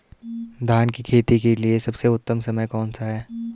धान की खेती के लिए सबसे उत्तम समय कौनसा है?